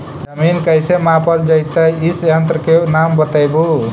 जमीन कैसे मापल जयतय इस यन्त्र के नाम बतयबु?